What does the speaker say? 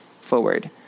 forward